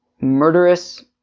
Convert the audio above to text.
murderous